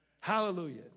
Hallelujah